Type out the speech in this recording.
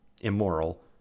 immoral